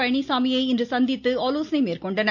பழனிசாமியை இன்று சந்தித்து ஆலோசனை மேற்கொண்டனர்